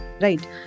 right